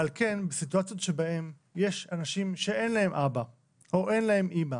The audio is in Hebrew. על כן בסיטואציות שבהן יש אנשים שאין להם אבא או אין להם אימא